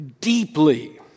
deeply